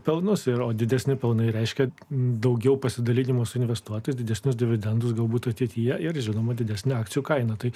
pelnus ir o didesni pelnai reiškia daugiau pasidalinimo suinvestuotus didesnius dividendus galbūt ateityje ir žinoma didesnę akcijų kainą tai